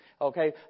okay